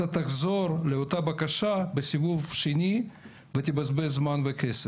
אתה תחזור לאותה בקשה בסיבוב שני ותבזבז זמן וכסף.